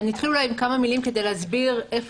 אני אתחיל אולי עם כמה מילים כדי להסביר איפה